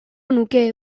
nuke